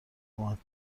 کمک